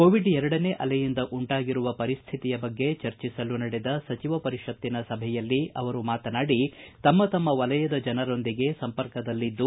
Covid ಎರಡನೇ ಅಲೆಯಿಂದ ಉಂಟಾಗಿರುವ ಪರಿಸ್ಥಿತಿಯ ಬಗ್ಗೆ ಚರ್ಚಿಸಲು ನಡೆದ ಸಚಿವರ ಪರಿಷತ್ತಿನ ಸಭೆಯಲ್ಲಿ ಅವರು ಮಾತನಾಡಿ ತಮ್ಮ ತಮ್ಮ ವಲಯದ ಜನರೊಂದಿಗೆ ಸಂಪರ್ಕದಲ್ಲಿದ್ದು